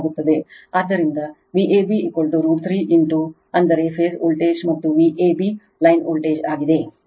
ಆದ್ದರಿಂದ Vab root 3 into ಅಂದರೆ phase voltage ಮತ್ತು Vab ಲೈನ್ ವೋಲ್ಟೇಜ್ ಆಗಿದೆ